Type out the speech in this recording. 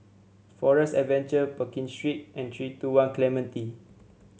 Forest Adventure Pekin Street and three two One Clementi